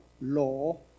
law